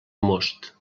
most